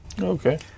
Okay